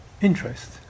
interest